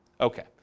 Okay